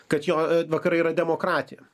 kad jo vakarai yra demokratija